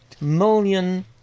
million